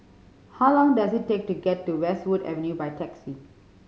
how long does it take to get to Westwood Avenue by taxi